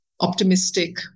optimistic